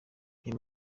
niyo